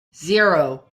zero